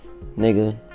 nigga